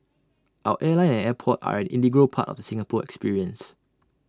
our airline and airport are an integral part of the Singapore experience